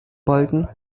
balken